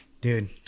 dude